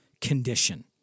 condition